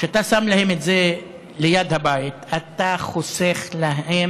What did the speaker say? כשאתה שם להם את זה ליד הבית, אתה חוסך להם